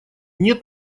нет